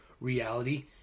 reality